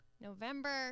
November